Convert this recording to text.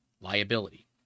liability